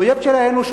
אויב של האנושות.